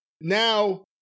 Now